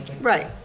right